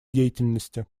деятельности